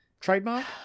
trademark